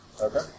Okay